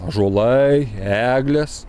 ąžuolai eglės